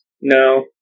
No